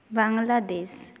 Bangladesh